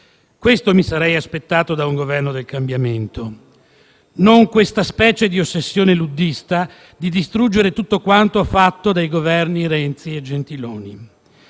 questo mi sarei aspettato da un Governo del cambiamento e non questa specie di ossessione luddista di distruggere tutto quanto fatto dai Governi Renzi e Gentiloni